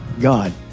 God